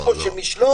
לא.